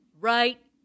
Right